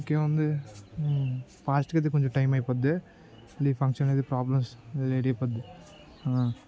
ఇంకేమి ఉంది ఫాస్ట్గా చేయమని చెప్పు కొంచెం టైం అయిపోద్ది ఈ ఫంక్షన్ అనేది ప్రాబ్లమ్స్ లేట్ అయిపోద్ది